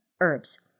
herbs